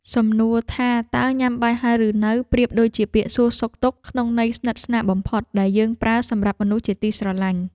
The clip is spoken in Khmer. សំណួរថាតើញ៉ាំបាយហើយឬនៅប្រៀបដូចជាពាក្យសួរសុខទុក្ខក្នុងន័យស្និទ្ធស្នាលបំផុតដែលយើងប្រើសម្រាប់មនុស្សជាទីស្រឡាញ់។